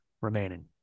remaining